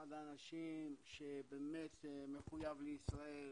אחד האנשים שבאמת מחוייב לישראל,